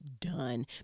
done